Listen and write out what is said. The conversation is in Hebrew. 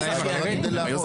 אנחנו מדברים כדי לעבוד.